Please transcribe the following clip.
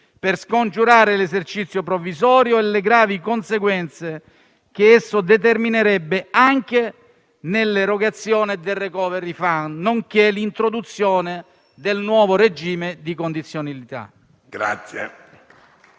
per scongiurare l'esercizio provvisorio e le gravi conseguenze che esso determinerebbe anche nell'erogazione del *recovery fund*, nonché l'introduzione del nuovo regime di condizionalità.